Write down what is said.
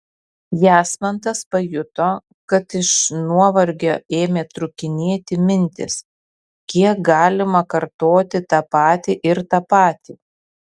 jasmantas pajuto kad iš nuovargio ėmė trūkinėti mintys kiek galima kartoti tą patį ir tą patį